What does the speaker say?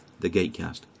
TheGateCast